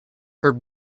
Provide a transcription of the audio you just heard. her